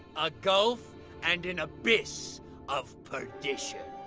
a gulf and an abyss of perdition.